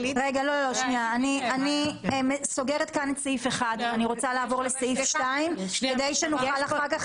אני סוגרת כאן את סעיף (1) ורוצה לעבור לסעיף (2) כדי שנוכל אחר כך